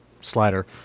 slider